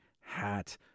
hat